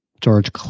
George